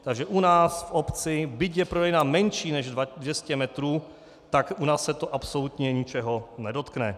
Takže u nás v obci, byť je prodejna menší než 200 metrů, tak u nás se to absolutně ničeho nedotkne.